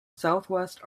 southwest